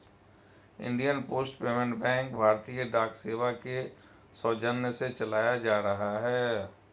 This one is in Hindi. इंडियन पोस्ट पेमेंट बैंक भारतीय डाक सेवा के सौजन्य से चलाया जा रहा है